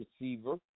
receiver